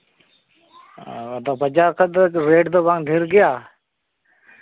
ᱚ ᱟᱨ ᱵᱟᱡᱟᱨ ᱠᱷᱚᱱ ᱫᱚ ᱨᱮᱹᱴ ᱫᱚ ᱵᱟᱝ ᱰᱷᱮᱹᱨ ᱜᱮᱭᱟ